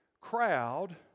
crowd